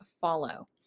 follow